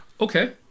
Okay